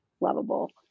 lovable